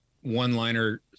one-liner